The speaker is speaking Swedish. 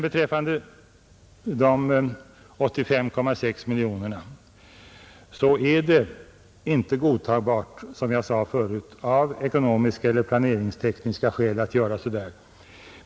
Beträffande de 85,6 miljonerna är det, som jag sade förut, inte godtagbart av ekonomiska eller planeringstekniska skäl att dra in dem.